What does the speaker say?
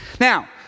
Now